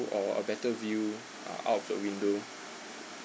or a better view uh out of the window